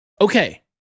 Okay